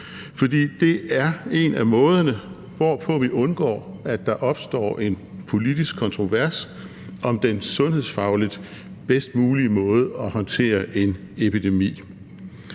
for det er en af måderne, hvorpå vi undgår, at der opstår en politisk kontrovers om den sundhedsfagligt bedst mulige måde at håndtere en epidemi